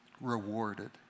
rewarded